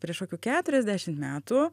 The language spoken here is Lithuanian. prieš kokių keturiasdešimt metų